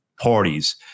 parties